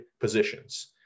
positions